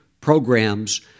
programs